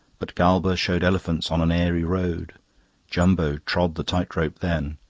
but galba showed elephants on an airy road jumbo trod the tightrope then,